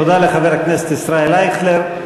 תודה לחבר הכנסת ישראל אייכלר.